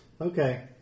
Okay